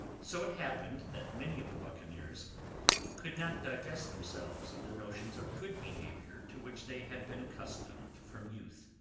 so it happened that many of the buccaneers could not divest themselves of the notions of good behavior to which they had been accustomed from youth.